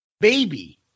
Baby